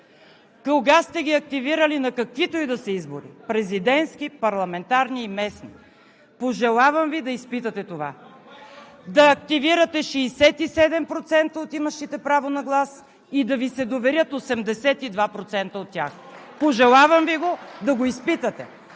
Кога сте ги активирали на каквито и да са избори – президентски, парламентарни и местни? Пожелавам Ви да изпитате това – да активирате 67% от имащите право на глас и да Ви се доверят 82% от тях. Пожелавам Ви да го изпитате!